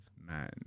man